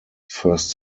first